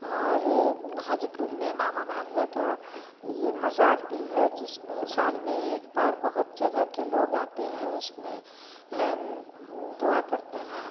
और हाजीपुर में मामा भांजा का यह मज़ार भी है जिस में साल में एक बार बहुत जगह के लोग आते हैं उस में दुआ करते हैं